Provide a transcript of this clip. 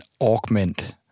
augment